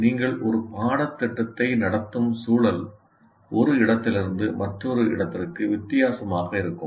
எனவே நீங்கள் ஒரு பாடத்திட்டத்தை நடத்தும் சூழல் ஒரு இடத்திலிருந்து மற்றொரு இடத்திற்கு வித்தியாசமாக இருக்கும்